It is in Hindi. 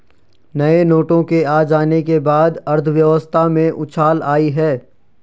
नए नोटों के आ जाने के बाद अर्थव्यवस्था में उछाल आयी है